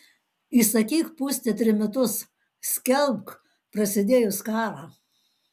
įsakyk pūsti trimitus skelbk prasidėjus karą